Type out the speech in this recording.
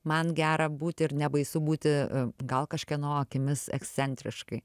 man gera būti ir nebaisu būti gal kažkieno akimis ekscentriškai